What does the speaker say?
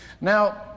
Now